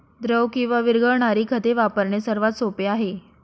द्रव किंवा विरघळणारी खते वापरणे सर्वात सोपे आहे